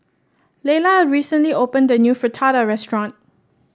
Lela recently opened a new Fritada restaurant